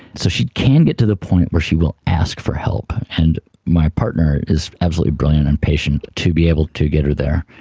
so she can get to the point where she will ask for help, and my partner is absolutely brilliant and patient to be able to get her there.